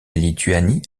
lituanie